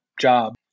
job